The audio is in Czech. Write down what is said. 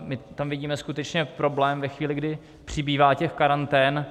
My tam vidíme skutečně problém ve chvíli, kdy přibývá těch karantén.